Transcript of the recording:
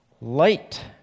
light